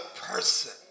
person